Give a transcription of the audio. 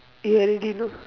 you already know